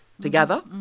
together